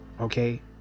okay